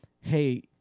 hey